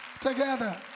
together